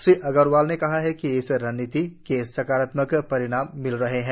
श्री अग्रवाल ने कहा कि इस रणनीति के सकारात्मक परिणाम मिल रहे हैं